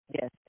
Yes